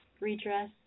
Redress